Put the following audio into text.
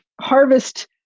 harvest